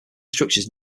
structures